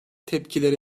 tepkilere